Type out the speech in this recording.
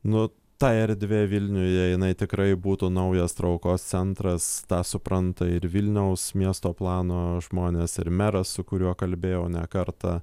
nu ta erdvė vilniuje jinai tikrai būtų naujas traukos centras tą supranta ir vilniaus miesto plano žmonės ir meras su kuriuo kalbėjau ne kartą